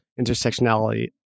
intersectionality